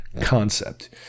concept